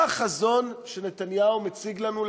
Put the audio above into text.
מה החזון שנתניהו מציג לנו,